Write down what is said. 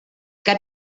que